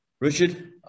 richard